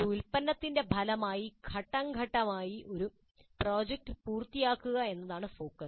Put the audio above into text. ഒരു ഉൽപ്പന്നത്തിന്റെ ഫലമായി ഘട്ടം ഘട്ടമായി ഒരു പ്രോജക്റ്റ് പൂർത്തിയാക്കുക എന്നതാണ് ഫോക്കസ്